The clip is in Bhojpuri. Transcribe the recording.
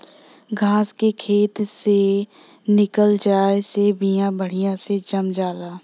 घास के खेत से निकल जाये से बिया बढ़िया से जाम जाला